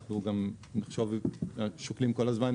אנחנו שוקלים כל הזמן,